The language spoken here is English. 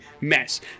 mess